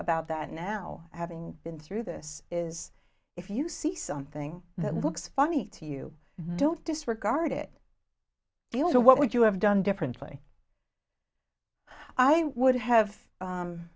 about that now having been through this is if you see something that looks funny to you don't disregard it also what would you have done differently i would have